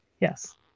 Yes